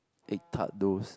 egg tart those